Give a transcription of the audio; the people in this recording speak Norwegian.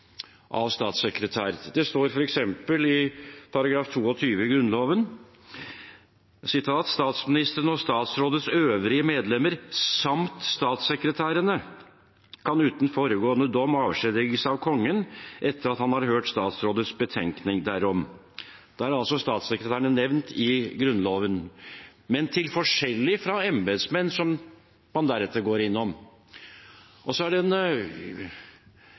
av statssekretær. Det står i § 22 i Grunnloven: «Statsministeren og statsrådets øvrige medlemmer samt statssekretærene kan uten foregående dom avskjediges av kongen etter at han har hørt statsrådets betenkning derom.» Statssekretærene er altså nevnt i Grunnloven, men forskjellig fra embetsmenn, som man deretter går innom. Så er det